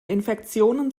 infektionen